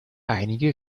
einige